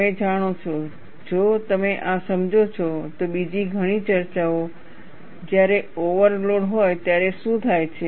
તમે જાણો છો જો તમે આ સમજો છો તો બીજી ઘણી ચર્ચાઓ જ્યારે ઓવરલોડ હોય ત્યારે શું થાય છે